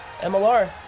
MLR